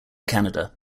canada